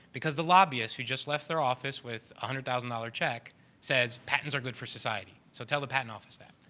because the lobbyist who just left their office with one ah hundred thousand dollars check says, patents are good for society. so, tell the patent office that.